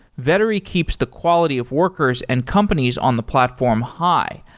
vettery keeps the quality of workers and companies on the platform high,